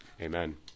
Amen